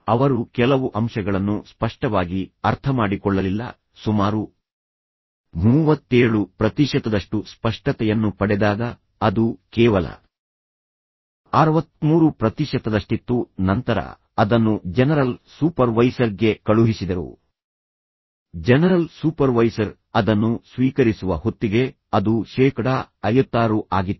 ಅವರು ಕೆಲವು ಅಂಶಗಳನ್ನು ಸ್ಪಷ್ಟವಾಗಿ ಅರ್ಥಮಾಡಿಕೊಳ್ಳಲಿಲ್ಲ ಸುಮಾರು ಮೂವತ್ತೇಳು ಪ್ರತಿಶತದಷ್ಟು ಸ್ಪಷ್ಟತೆಯನ್ನು ಪಡೆದಾಗ ಅದು ಕೇವಲ ಅರವತ್ತ್ಮೂರು ಪ್ರತಿಶತದಷ್ಟಿತ್ತು ನಂತರ ಅದನ್ನು ಜನರಲ್ ಸೂಪರ್ವೈಸರ್ಗೆ ಕಳುಹಿಸಿದರು ಜನರಲ್ ಸೂಪರ್ವೈಸರ್ ಅದನ್ನು ಸ್ವೀಕರಿಸುವ ಹೊತ್ತಿಗೆ ಅದು ಶೇಕಡಾ ಐವತ್ತಾರು ಆಗಿತ್ತು